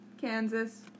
Kansas